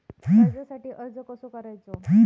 कर्जासाठी अर्ज कसो करायचो?